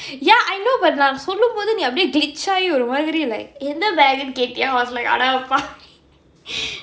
ya I know but நான் சொல்லும்போது நீ அப்படியே:naan sollumpothu nee appadiyae glitch ஆயி ஒரு மாதிரி:aayi oru maathiri like எந்த:entha bag குனு கேட்டியே:kunnu kaettiyae I was like அட பாவி:ada paavi